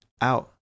out